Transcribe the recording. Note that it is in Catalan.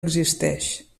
existeix